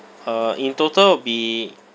uh in total will be